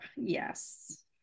yes